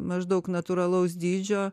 maždaug natūralaus dydžio